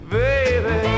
baby